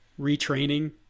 retraining